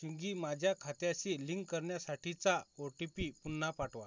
Swiggy माझ्या खात्याशी link करण्यासाठीचा ओ टी पी पुन्हा पाठवा